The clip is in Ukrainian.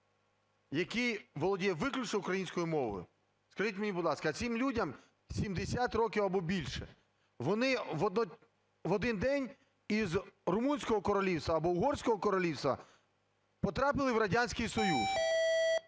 який володіє виключно українською мовою. Скажіть мені, будь ласка, цим людям 70 років або більше, вони в один день із Румунського Королівства або Угорського Королівства потрапили в Радянський Союз.